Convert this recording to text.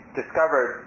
discovered